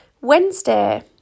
Wednesday